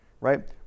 right